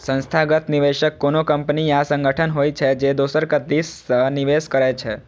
संस्थागत निवेशक कोनो कंपनी या संगठन होइ छै, जे दोसरक दिस सं निवेश करै छै